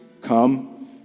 come